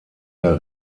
der